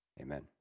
Amen